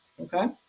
Okay